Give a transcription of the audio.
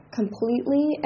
completely